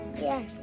Yes